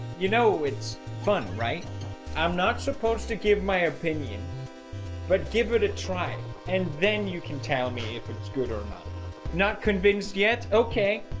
you know, it's fun right i'm not supposed to give my opinion but give it a try and then you can tell me if it's good or not not convinced yet. okay.